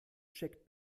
checkt